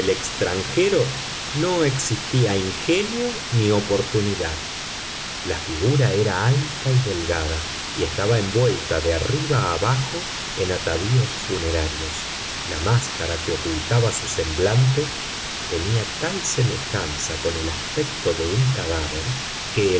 extranjero no existía ingenio ni oportunidad la figura era alta y delgada y estaba envuelta de arriba abajo en atavíos funerarios la máscara que ocultaba su semblante tenía tal semejanza con el aspecto de un cadáver que